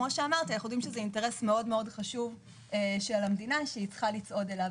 אנחנו יודעים שזה אינטרס מאוד חשוב של המדינה שהיא צריכה לצעוד אליו.